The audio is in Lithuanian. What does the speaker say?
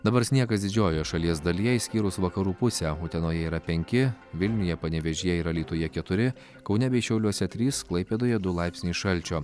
dabar sniegas didžiojoje šalies dalyje išskyrus vakarų pusę utenoje yra penki vilniuje panevėžyje ir alytuje keturi kaune bei šiauliuose trys klaipėdoje du laipsniai šalčio